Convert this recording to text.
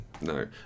no